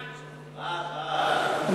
גם אותי, אם אפשר.